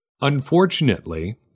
Unfortunately